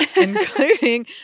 including